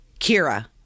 Kira